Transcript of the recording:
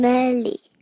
Melly